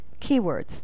Keywords